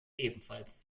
ebenfalls